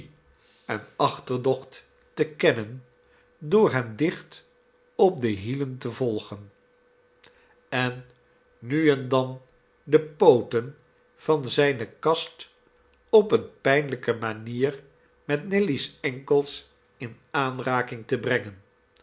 en achterdocht te kennen door hen dicht op de hielen te volgen en nu en dan de pooten van zijne kast op eene pijnlijke manier met nelly's enkels in aanraking te brengen